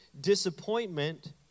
disappointment